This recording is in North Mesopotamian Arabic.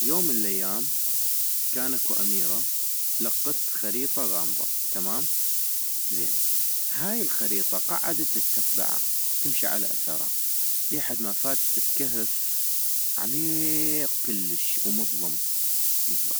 يوم من الايام كان اكو اميرة لقت خريطة غامضة ، تمام، زين ، هاي الخريطة قعدت تتبعا تمشي على اثرا ،لي حد ما فانت بكهف عمييق كلش ومظلم